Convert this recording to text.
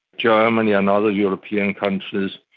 germany and other european countries,